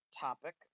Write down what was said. topic